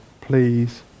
please